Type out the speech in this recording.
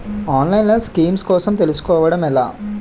ఆన్లైన్లో స్కీమ్స్ కోసం తెలుసుకోవడం ఎలా?